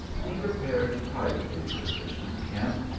he repaired privately to the christian camp,